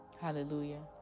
Hallelujah